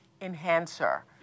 enhancer